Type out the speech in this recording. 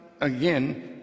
again